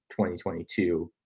2022